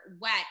wet